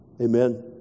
Amen